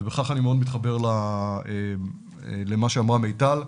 ובכך אני מאוד מתחבר למה שאמרה מיטל,